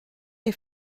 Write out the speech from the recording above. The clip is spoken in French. est